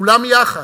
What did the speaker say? כולם יחד.